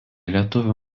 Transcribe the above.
lietuvių